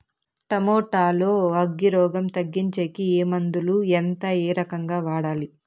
Tomato లో అగ్గి రోగం తగ్గించేకి ఏ మందులు? ఎంత? ఏ రకంగా వాడాలి?